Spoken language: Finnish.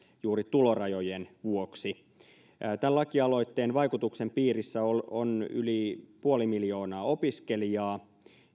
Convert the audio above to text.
juuri tulorajojen vuoksi tämän lakialoitteen vaikutuksen piirissä on yli puoli miljoonaa opiskelijaa